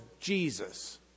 Jesus